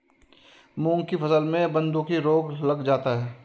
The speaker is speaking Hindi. मूंग की फसल में बूंदकी रोग लग जाता है